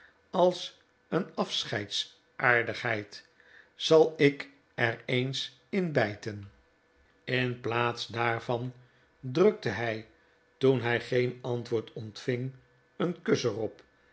als een afscheidsaardigheid zal ik er eens in bijten in plaats daarvan drukte hij toen hij geen antwoord ontving een kus er